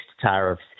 tariffs